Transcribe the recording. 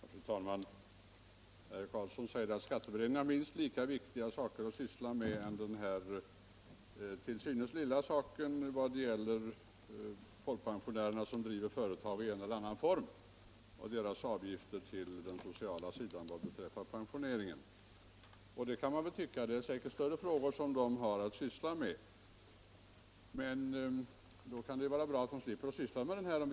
Fru talman! Herr Karlsson i Ronneby säger att företagsskatteberedningen har minst lika viktiga saker att syssla med som den till synes lilla frågan om socialförsäkringsavgifter till folkpensioneringen för folkpensionärer som driver företag i en eller annan form. Det kan man tycka. Det är säkert större frågor som de har att syssla med. Då kan det ju vara bra att de slipper syssla med detta problem.